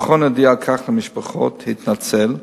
המכון הודיע על כך למשפחות, התנצל,